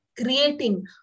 creating